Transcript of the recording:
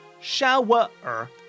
SHOWER